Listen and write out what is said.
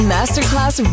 Masterclass